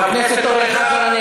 חבר הכנסת אורן חזן,